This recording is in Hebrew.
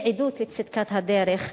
היא עדות לצדקת הדרך.